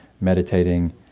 meditating